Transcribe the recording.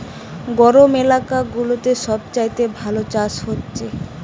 গরম এলাকা গুলাতে সব চাইতে ভালো চাষ হচ্ছে